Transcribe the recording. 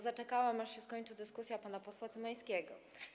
Zaczekałam, aż się skończy dyskusja pana posła Cymańskiego.